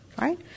right